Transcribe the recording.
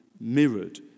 mirrored